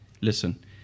listen